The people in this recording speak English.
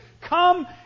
come